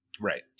right